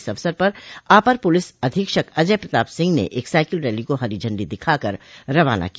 इस अवसर पर अपर पुलिस अधीक्षक अजय प्रताप सिंह ने एक साइकिल रैली को हरी झंडी दिखाकर रवाना किया